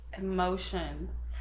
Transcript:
emotions